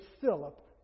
Philip